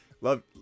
love